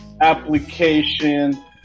application